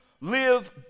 live